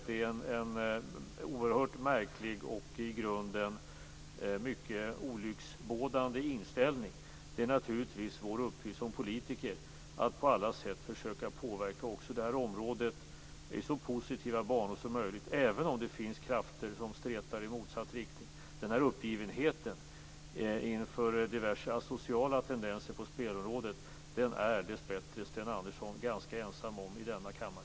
Det är en oerhört märklig och i grunden mycket olycksbådande inställning. Det är naturligtvis vår uppgift som politiker att på alla sätt försöka påverka också det här området i så positiva banor som möjligt, även om det finns krafter som stretar i motsatt riktning. Den här uppgivenheten inför diverse asociala tendenser på spelområdet är Sten Andersson dessbättre ganska ensam om i denna kammare.